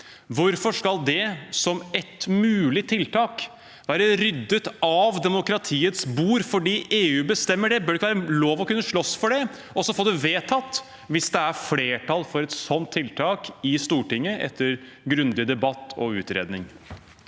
Hvorfor skal dette, som et mulig tiltak, være ryddet av demokratiets bord fordi EU bestemmer det? Bør det ikke være lov å kunne slåss for det og få det vedtatt hvis det er flertall for et sånt tiltak i Stortinget, etter grundig debatt og utredning?